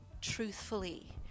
truthfully